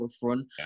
front